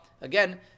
again